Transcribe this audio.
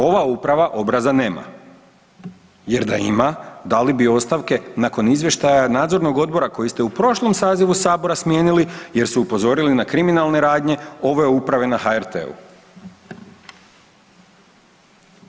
Ova uprava obraza nema jer da ima dali bi ostavke nakon izvještaja nadzornog odbora koji ste u prošlom sazivu sabora smijenili jer su upozorili na kriminalne radnje ove uprave na HRT-u.